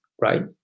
right